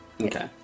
Okay